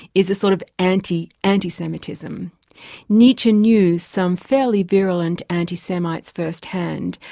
is a sort of anti-anti-semitism. nietzsche knew some fairly virulent anti-semites first-hand,